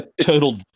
total